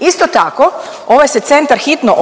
Isto tako ovaj se centar hitno